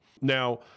Now